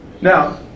Now